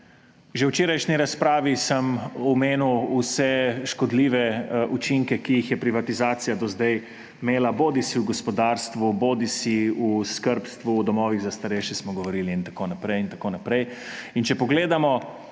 Že v včerajšnji razpravi sem omenil vse škodljive učinke, ki jih je privatizacija do zdaj imela, bodisi v gospodarstvu bodisi v skrbstvu, o domovih za starejše smo govorili in tako naprej in tako naprej.